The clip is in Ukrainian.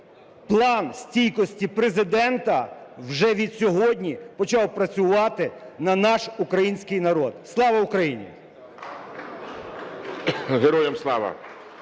План стійкості Президента вже відсьогодні почав працювати на наш український народ. Слава Україні! ГОЛОВУЮЧИЙ.